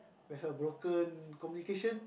will have broken communication